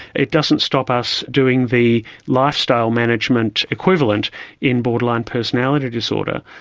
it doesn't stop us doing the lifestyle management equivalent in borderline personality disorder,